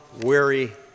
weary